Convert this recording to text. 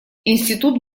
институт